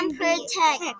protect